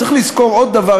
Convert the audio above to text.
צריך לזכור עוד דבר,